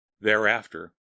thereafter